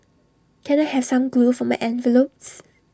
can I have some glue for my envelopes